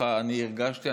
ככה אני הרגשתי.